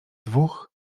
dwóch